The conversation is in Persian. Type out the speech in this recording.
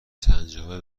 سنجابه